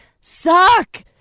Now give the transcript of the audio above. suck